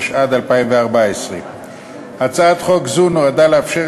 התשע"ד 2014. הצעת חוק זו נועדה לאפשר